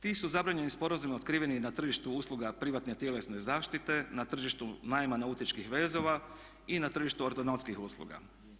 Ti su zabranjeni sporazumi otkriveni na tržištu usluga privatne tjelesne zaštite, na tržištu najma nautičkih vezova i na tržištu ortodontskih usluga.